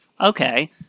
Okay